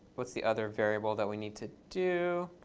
what's the other variable that we need to do?